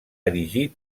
erigir